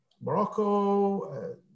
Morocco